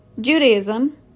Judaism